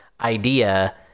idea